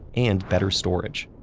and better storage.